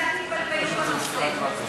שקצת התבלבלו בנושא.